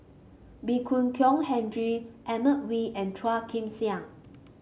Ee Boon Kong Henry Edmund Wee and Phua Kin Siang